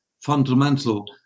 fundamental